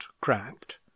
cracked